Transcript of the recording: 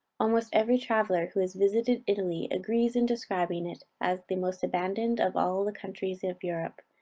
almost every traveller who has visited italy, agrees in describing it as the most abandoned of all the countries of europe.